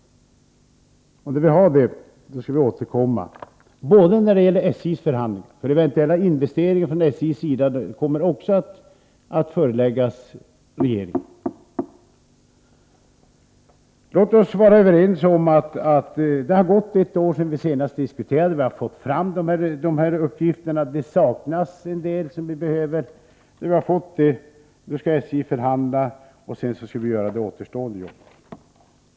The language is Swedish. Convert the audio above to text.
När vi har det kan vi återkomma, bl.a. när det gäller SJ:s förhandlingar — eventuella investeringar från SJ:s sida kommer också att föreläggas regeringen. Det har gått ett år sedan vi senast diskuterade den här saken. Vi har fått fram en del uppgifter, och det saknas en del som vi behöver. Då vi har fått dem skall SJ förhandla, och sedan skall vi göra det återstående jobbet.